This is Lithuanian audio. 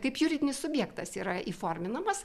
kaip juridinis subjektas yra įforminamas